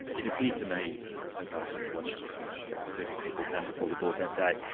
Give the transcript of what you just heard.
it appeared to me as i kind of watched about thirty people come before the board that day,